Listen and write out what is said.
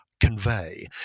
convey